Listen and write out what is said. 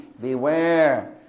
Beware